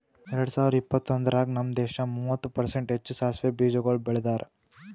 ಎರಡ ಸಾವಿರ ಇಪ್ಪತ್ತೊಂದರಾಗ್ ನಮ್ ದೇಶ ಮೂವತ್ತು ಪರ್ಸೆಂಟ್ ಹೆಚ್ಚು ಸಾಸವೆ ಬೀಜಗೊಳ್ ಬೆಳದಾರ್